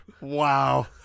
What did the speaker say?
Wow